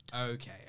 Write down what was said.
Okay